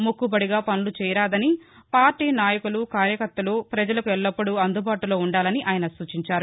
మొక్కుబడిగా పనులు చేయరాదనిపార్టీ నాయకులు కార్యకర్తలు ప్రజలకు ఎల్లప్పుడూ అందుబాటులో వుండాలని ఆయన సూచించారు